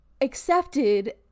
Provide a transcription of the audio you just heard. accepted